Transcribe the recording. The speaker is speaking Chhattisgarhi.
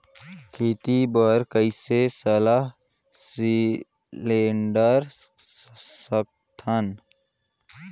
खेती बर कइसे सलाह सिलेंडर सकथन?